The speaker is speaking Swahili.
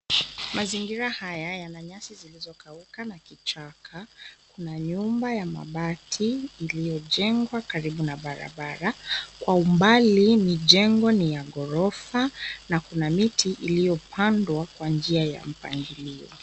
Mazingira haya yana nyasi zilizokauka na kichaka. Kuna nyumba ya mabati iliyojengwa karibu na barabara. Kwa umbali ni jengo ni ya ghorofa na kuna miti iliyopandwa kwa njia ya mpangilio.